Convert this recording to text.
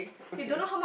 okay